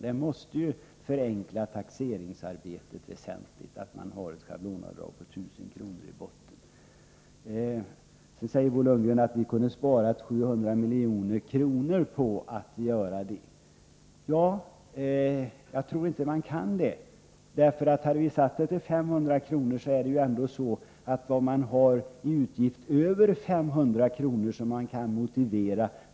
Det måste ju förenkla taxeringsarbetet väsentligt att man har ett schablonavdrag på 1 000 kr. i botten. Bo Lundgren säger att vi kunde ha sparat 700 milj.kr., men jag tror inte att man kan göra det. Hade vi satt schablonavdraget till 500 kr., hade man ju fått göra avdrag för motiverade utgifter över 500 kr.